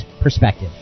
perspective